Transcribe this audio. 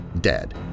dead